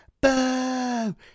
Boo